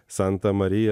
santa marija